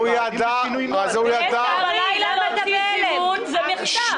אם זה --- הוא ידע --- ב-22:00 בלילה להוציא זימון זה מחטף.